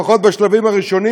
לפחות בשלבים הראשונים,